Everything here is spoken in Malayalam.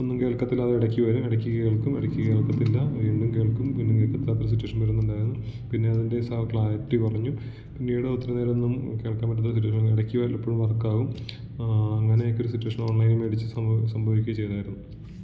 ഒന്നും കേൾക്കത്തില്ല ഇടക്ക് വരും ഇടക്ക് കേൾക്കും ഇടക്ക് കേൾക്കത്തില്ല വീണ്ടും കേൾക്കും വീണ്ടും കേൾക്കത്തില്ലാത്തൊരു സിറ്റുവേഷൻ വരുന്നുണ്ടായിരുന്നു പിന്നെ അതിൻ്റെ സ ക്ലാരിറ്റി കുറഞ്ഞു പിന്നീട് ഒത്തിരി നേരോന്നും കേൾക്കൻ പറ്റാത്ത സിറ്റുവേഷൻ ഇടക്ക് വല്ലപ്പോഴും വർക്കാവും അങ്ങനെയൊക്കൊരു സിറ്റുവേഷൻ ഓൺലൈനിൽ മേടിച്ച് സംഭവം സംഭവിക്കുക ചെയ്തായിരുന്നു